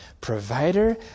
provider